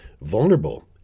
vulnerable